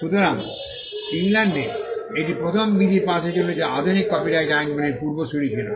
সুতরাং ইংল্যান্ডে এটিই প্রথম বিধি পাস হয়েছিল যা আধুনিক কপিরাইট আইনগুলির পূর্বসূরী ছিল